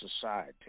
society